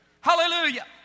Hallelujah